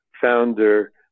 founder